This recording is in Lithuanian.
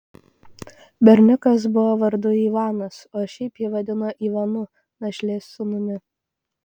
berniukas buvo vardu ivanas o šiaip jį vadino ivanu našlės sūnumi